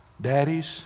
daddies